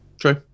True